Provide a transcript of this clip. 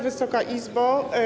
Wysoka Izbo!